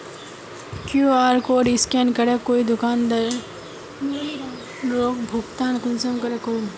QR code scan करे कोई दुकानदारोक भुगतान कुंसम करे करूम?